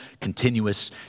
continuous